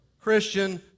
Christian